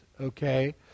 Okay